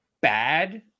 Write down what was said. bad